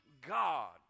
God